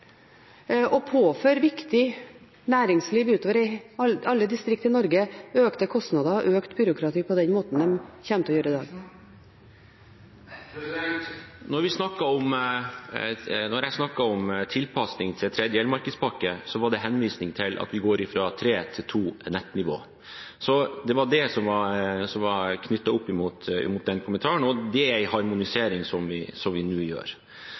å påføre viktig næringsliv utover i alle distrikt i Norge økte kostnader og økt byråkrati på den måten en kommer til å gjøre? Når jeg snakket om tilpasning til tredje energimarkedspakke, var det henvisning til at vi går fra tre til to nettnivå. Det var det som var knyttet opp til den kommentaren, og det er en harmonisering som vi nå gjør.